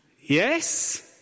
Yes